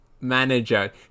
manager